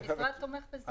המשרד תומך בזה.